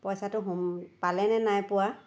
পইচাটো পালে নে নাইপোৱা